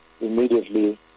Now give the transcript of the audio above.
immediately